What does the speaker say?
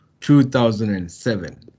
2007